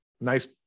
nice